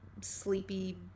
sleepy